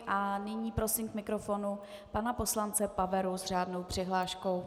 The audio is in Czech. A nyní prosím k mikrofonu pana poslance Paveru s řádnou přihláškou.